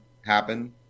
happen